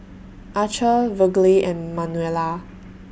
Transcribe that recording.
Archer Virgle and Manuela